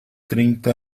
treinta